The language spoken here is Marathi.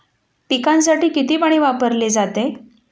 पिकांसाठी किती पाणी वापरले जाते?